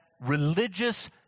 religious